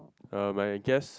you are my guest